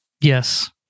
Yes